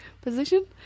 position